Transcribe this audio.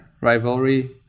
rivalry